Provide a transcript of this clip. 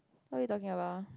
what you talking about